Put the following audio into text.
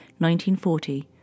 1940